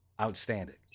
Outstanding